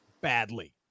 Badly